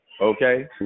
Okay